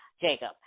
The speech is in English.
Jacob